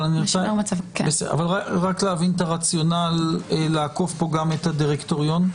אבל רק להבין את הרציונל לעקוף פה גם את הדירקטוריון.